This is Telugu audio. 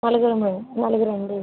నాలుగురా మేడం నలుగురు అండి